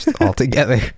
altogether